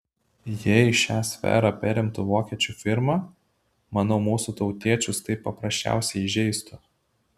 jei šią sferą perimtų vokiečių firma manau mūsų tautiečius tai paprasčiausiai įžeistų